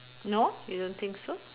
no you don't think so